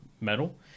metal